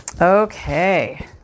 Okay